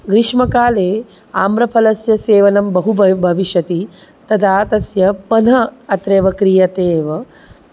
ग्रीष्मकाले आम्रफलस्य सेवनं बहु बव् भविष्यति तदा तस्य पन्ह अत्रैव क्रियते एव